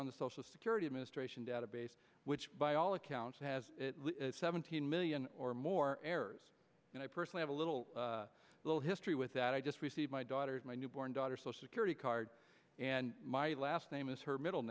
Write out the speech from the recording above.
on the social security administration database which by all accounts has seventeen million or more errors and i personally have a little little history with that i just received my daughter my newborn daughter so security card and my last name is her middle